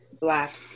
black